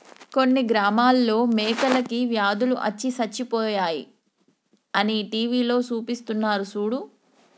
కొన్ని గ్రామాలలో మేకలకి వ్యాధులు అచ్చి సచ్చిపోయాయి అని టీవీలో సూపిస్తున్నారు సూడు